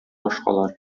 башкалар